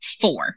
four